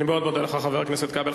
אני מאוד מודה לך, חבר הכנסת כבל.